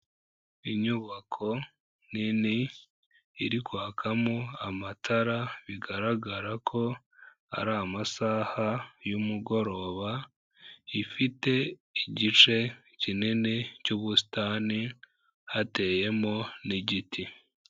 Inyubako nini iri kwakamo amatara bigaragara ko ari amasaha y'umugoroba, ifite igice kinini cy'ubusitani, hateyemo n'igiti.